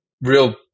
real